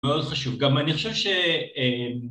‫מאוד חשוב. גם אני חושב ש...